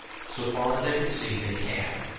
so far as they could see they had!